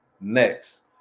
next